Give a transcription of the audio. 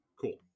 Cool